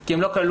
כי הם לא כללו,